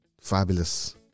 fabulous